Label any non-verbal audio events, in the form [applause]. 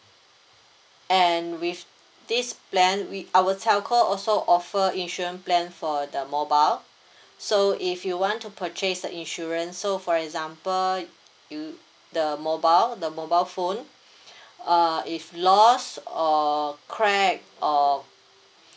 and with this plan we our telco also offer insurance plan for the mobile so if you want to purchase the insurance so for example you the mobile the mobile phone [breath] uh if lost or crack or